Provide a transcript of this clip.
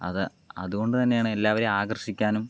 അത് അതുകൊണ്ട് തന്നെയാണ് എല്ലാവരേയും ആകർഷിക്കാനും